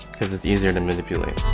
because it's easier to manipulate